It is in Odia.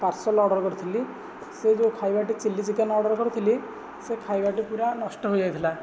ପାର୍ସଲ ଅର୍ଡ଼ର କରିଥିଲି ସେ ଯେଉଁ ଖାଇବାଟି ଚିଲ୍ଲି ଚିକେନ ଅର୍ଡ଼ର କରିଥିଲି ସେ ଖାଇବାଟି ପୁରା ନଷ୍ଟ ହୋଇଯାଇଥିଲା